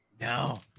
No